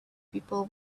people